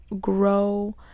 grow